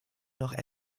noch